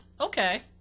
Okay